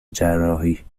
جراحی